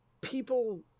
people